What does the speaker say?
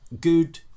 good